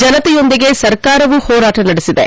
ಜನತೆಯೊಂದಿಗೆ ಸರ್ಕಾರವು ಹೋರಾಟ ನಡೆಸಿದೆ